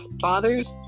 fathers